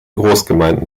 großgemeinden